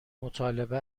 مطالبه